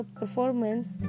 performance